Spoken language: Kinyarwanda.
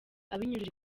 abinyujije